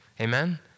Amen